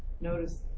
notice